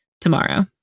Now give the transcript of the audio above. tomorrow